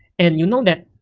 and you know that